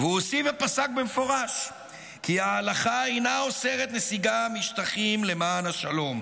הוא הוסיף ופסק במפורש כי ההלכה אינה אוסרת נסיגה משטחים למען השלום,